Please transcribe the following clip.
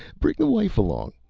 bring the wife along.